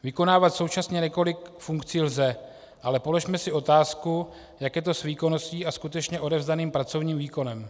Vykonávat současně několik funkcí lze, ale položme si otázku, jak je to s výkonností a skutečně odevzdaným pracovním výkonem.